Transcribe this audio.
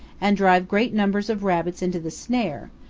and drive great numbers of rabbits into the snare,